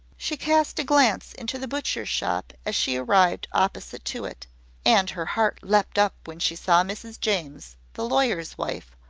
she cast a glance into the butcher's shop as she arrived opposite to it and her heart leaped up when she saw mrs james, the lawyer's wife,